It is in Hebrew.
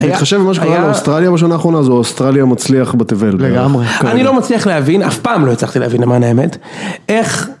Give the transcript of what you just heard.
בהתחשב במה שקרה לאוסטרליה בשנה האחרונה, זו האוסטרליה המצליח בתבל בערך. לגמרי. אני לא מצליח להבין, אף פעם לא הצלחתי להבין למען האמת, איך...